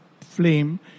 flame